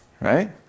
right